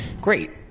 Great